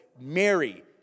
Mary